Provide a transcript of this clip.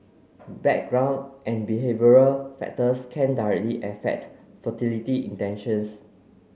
background and behavioural factors can directly affect fertility intentions